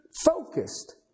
focused